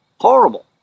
horrible